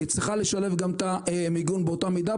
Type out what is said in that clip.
היא צריכה לשלב גם את המיגון באותה מידה,